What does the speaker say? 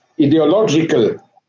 ideological